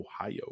Ohio